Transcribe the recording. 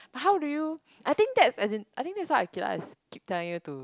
but how do you I think that's as in I think that's what Aqilah is keep telling you to